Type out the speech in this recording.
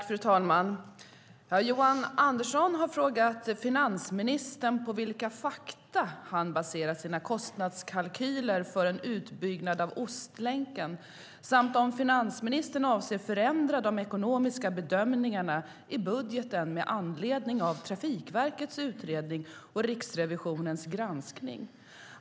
Fru talman! Johan Andersson har frågat finansministern på vilka fakta han har baserat sina kostnadskalkyler för en utbyggnad av Ostlänken samt om finansministern avser förändra de ekonomiska bedömningarna i budgeten med anledning av Trafikverkets utredning och Riksrevisionens granskning.